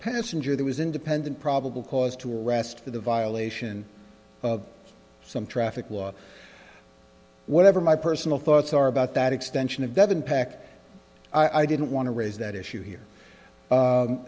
passenger there was independent probable cause to arrest for the violation of some traffic law whatever my personal thoughts are about that extension of devon pak i didn't want to raise that issue here